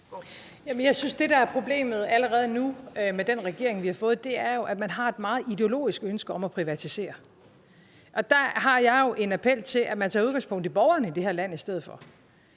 Jeg synes, at det, der allerede nu er problemet med den regering, vi har fået, er, at man har et meget ideologisk funderet ønske om at privatisere. Der har jeg jo en appel om, at man i stedet for tager udgangspunkt i borgerne i det her land. Vi har det fint